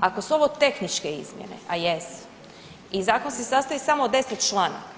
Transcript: Ako su ovo tehničke izmjene, a jesu i zakon se sastoji samo od 10 članaka,